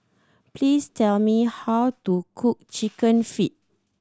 please tell me how to cook Chicken Feet